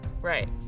right